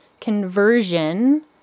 conversion